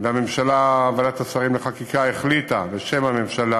והממשלה, ועדת השרים לחקיקה החליטה בשם הממשלה